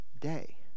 day